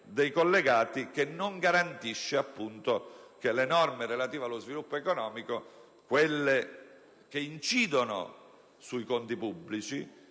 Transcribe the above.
dei collegati, il che non garantisce che le norme relative allo sviluppo economico, quelle che incidono sui conti pubblici